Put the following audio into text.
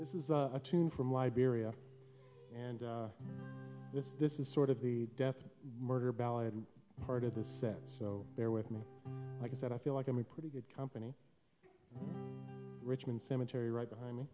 this is a tune from liberia and this is this is sort of the death murder ballad part of the set so bear with me like that i feel like i'm in pretty good company richmond cemetery right behind me